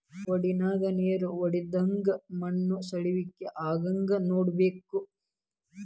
ವಡನ್ಯಾಗ ನೇರ ವಡ್ದಹೊಗ್ಲಂಗ ಮಣ್ಣು ಸವಕಳಿ ಆಗ್ಲಂಗ ನೋಡ್ಕೋಬೇಕ